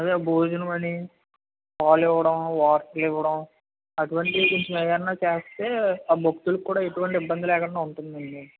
అదే భోజనం అని పాలు ఇవ్వడం వాటర్ ఇవ్వడం అటువంటివి ఏమైనా చేస్తే భక్తులకు ఎటువంటి ఇబ్బంది లేకుండా ఉంటుందండి